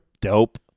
Dope